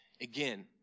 again